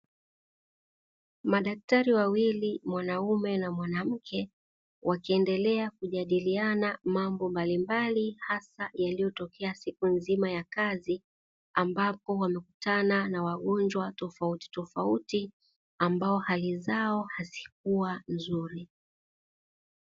Madaktari wawili mwanaume na mwanamke wakiendelea kujadiliana mambo mbalimbali hasa, yaliyo tokea siku nzima ya kazi ambapo wamekutana na wagonjwa tofautitofauti ambao hali zao hazikuwa nzuri.